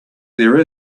there